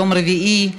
יום רביעי,